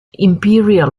imperial